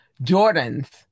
Jordans